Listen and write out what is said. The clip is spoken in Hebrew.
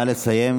נא לסיים.